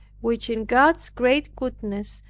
which in god's great goodness,